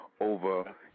over